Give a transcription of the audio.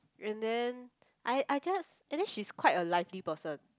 and then I I just and then she's quite a lively person